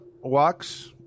walks